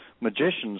magician's